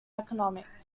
economic